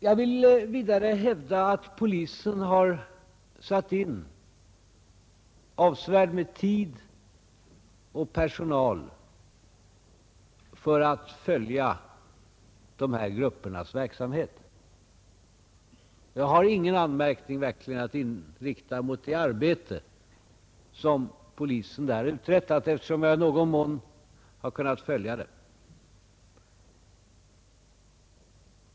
Jag vill vidare hävda att polisen har använt avsevärt med tid och personal för att följa dessa gruppers verksamhet. Jag har verkligen ingen anmärkning att rikta mot det arbete som polisen där uträttat, eftersom jagi någon mån har kunnat följa det.